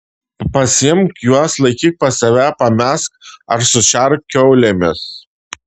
pasiimk juos laikyk pas save pamesk ar sušerk kiaulėmis